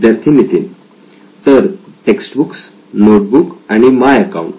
विद्यार्थी नितीन तर textbooks notebooks आणि माय अकाउंट